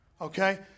okay